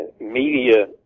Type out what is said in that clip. media